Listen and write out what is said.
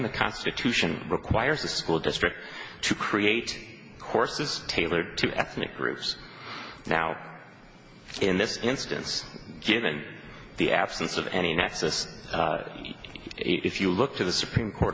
the constitution requires the school district to create courses tailored to ethnic groups now in this instance given the absence of any nexus if you look to the supreme court